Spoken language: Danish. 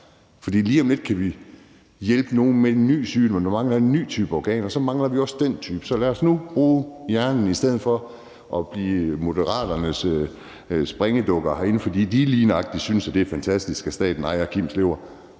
for lige om lidt kan vi hjælpe nogen med en ny sygdom, hvor der mangler en ny type organer; så kommer vi også til at mangle den type. Så lad os nu bruge hjernen i stedet for at blive Moderaternes nikkedukker herinde, fordi de lige synes, det er fantastisk, at staten ejer Kims lever.